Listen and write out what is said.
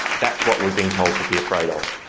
that's what we've been told to be afraid of.